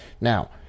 Now